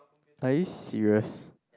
are you serious